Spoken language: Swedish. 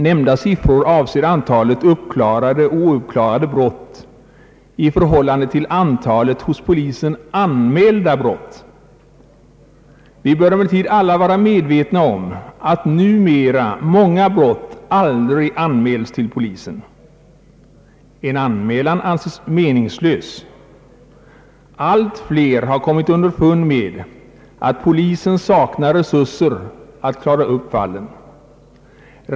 Nämnda siffror avser antalet uppklarade och ouppklarade brott i förhållande till antalet hos polisen anmälda brott. Vi bör emellertid alla vara medvetna om att numera många brott aldrig anmäls till polisen. En anmälan anses meningslös. Allt fler har kommit underfund med att polisen saknar resurser att klara upp fallen.